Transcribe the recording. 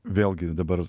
vėlgi dabar